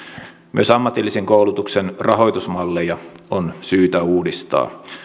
myös ammatillisen koulutuksen rahoitusmalleja on syytä uudistaa